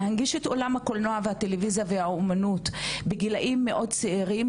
להנגיש את עולם הקולנוע והטלויזיה והאומנות בגילאים מאוד צעירים,